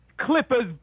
Clippers